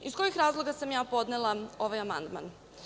Iz kojih razloga sam ja podnela ovaj amandman?